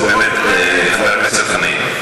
חבר הכנסת חנין,